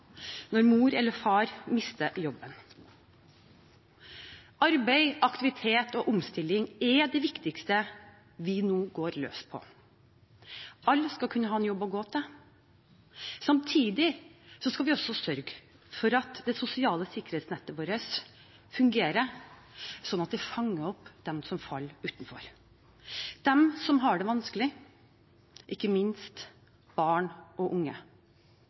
når mor eller far mister jobben. Arbeid, aktivitet og omstilling er det viktigste vi nå går løs på. Alle skal kunne ha en jobb å gå til. Samtidig skal vi også sørge for at det sosiale sikkerhetsnettet vårt fungerer, sånn at det fanger opp dem som faller utenfor, dem som har det vanskelig – ikke minst barn og unge.